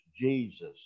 Jesus